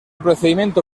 procedimiento